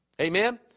Amen